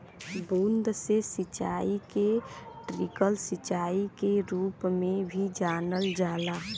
बूंद से सिंचाई के ट्रिकल सिंचाई के रूप में भी जानल जाला